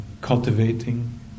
cultivating